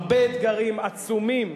הרבה אתגרים עצומים,